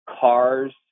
cars